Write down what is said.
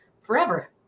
forever